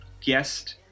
guest